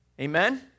Amen